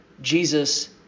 jesus